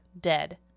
dead